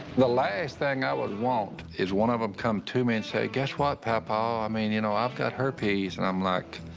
the last thing i would want is one of em come to me and say guess what papaw, i mean ya know, i've got herpes and i'm like,